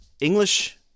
English